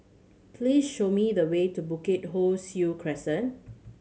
please show me the way to Bukit Ho Swee Crescent